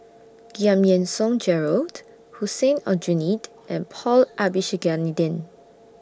Giam Yean Song Gerald Hussein Aljunied and Paul Abisheganaden